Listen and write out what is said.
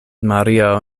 mario